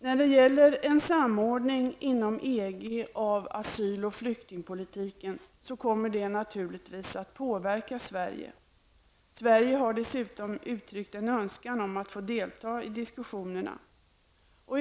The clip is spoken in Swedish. När det gäller en samordning inom EG av asyl och flyktingpolitiken så kommer det naturligtvis att påverka Sverige. Sverige har dessutom uttryckt en önskan om att få deltaga.